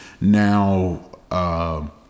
now